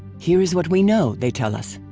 here is what we know they tell us!